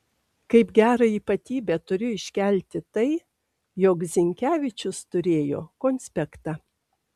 kaip gerą ypatybę turiu iškelti tai jog zinkevičius turėjo konspektą